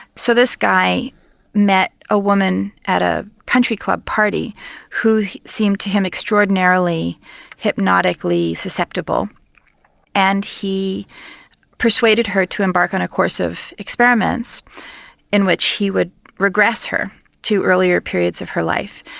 so this guy met a woman at a country club party who seemed to him extraordinarily hypnotically susceptible and he persuaded her to embark on a course of experiments in which he would regress her to earlier periods of her life.